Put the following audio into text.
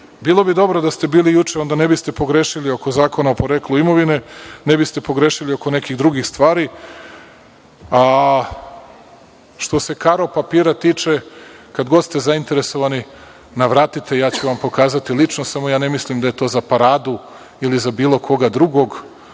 Bilo bi dobro da ste bili juče, onda ne biste pogrešili oko Zakona o poreklu imovine, ne biste pogrešili oko nekih drugih stvari, a što se karo papira tiče, kad god ste zainteresovani, navratite, ja ću vam pokazati lično, ali ne mislim da je to za paradu ili za bilo koga drugog,